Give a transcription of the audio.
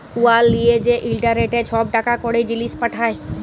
উয়ার লিয়ে যে ইলটারলেটে ছব টাকা কড়ি, জিলিস পাঠায়